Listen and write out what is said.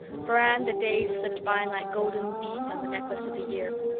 for anne the days slipped by like golden beads on the necklace of the year.